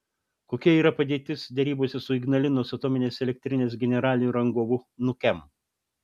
kokia yra padėtis derybose su ignalinos atominės elektrinės generaliniu rangovu nukem